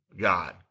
God